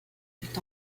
fut